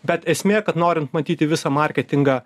bet esmė kad norin matyti visą marketingą